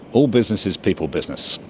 all business is people business,